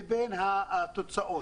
לבין התוצאות.